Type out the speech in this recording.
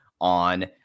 on